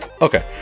Okay